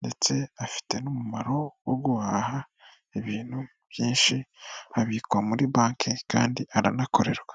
ndetse afite n'umumaro wo guhaha ibintu byinshi. Abikwa muri banki kandi aranakorerwa.